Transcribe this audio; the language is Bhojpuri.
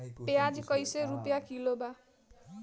प्याज कइसे रुपया किलो बा?